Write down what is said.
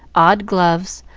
odd gloves,